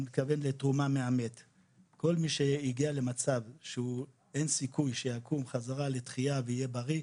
כל מי שהגיע למצב שאין סיכוי שהוא יקום חזרה לתחייה ויהיה בריא,